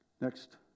Next